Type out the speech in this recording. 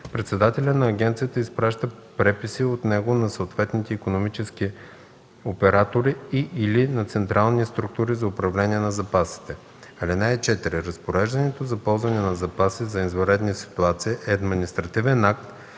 председателят на агенцията изпраща преписи от него на съответните икономически оператори и/или на централни структури за управление на запасите. (4) Разпореждането за ползване на запаси за извънредни ситуации е административен акт,